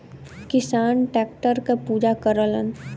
किसान टैक्टर के पूजा करलन